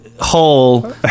whole